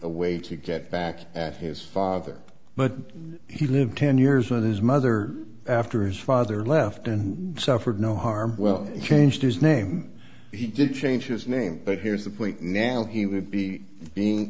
a way to get back at his father but he lived ten years with his mother after his father left and suffered no harm well changed his name he didn't change his name but here's the point now he would be being